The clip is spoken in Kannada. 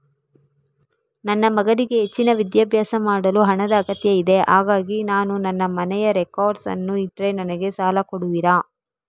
ನನ್ನ ಮಗನಿಗೆ ಹೆಚ್ಚಿನ ವಿದ್ಯಾಭ್ಯಾಸ ಮಾಡಲು ಹಣದ ಅಗತ್ಯ ಇದೆ ಹಾಗಾಗಿ ನಾನು ನನ್ನ ಮನೆಯ ರೆಕಾರ್ಡ್ಸ್ ಅನ್ನು ಇಟ್ರೆ ನನಗೆ ಸಾಲ ಕೊಡುವಿರಾ?